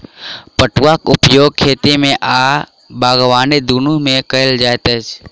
फड़ुआक उपयोग खेती आ बागबानी दुनू मे कयल जाइत अछि